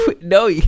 No